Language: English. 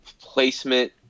placement